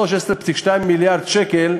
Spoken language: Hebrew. ברזרבה תוספת של 13.2 מיליארד שקל,